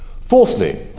Fourthly